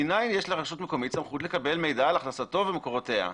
מנין יש לרשות מקומית סמכות לקבל מידע על הכנסתו ומקורותיה?